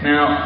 Now